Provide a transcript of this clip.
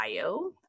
bio